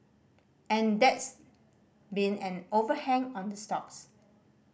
and that's been an overhang on the stocks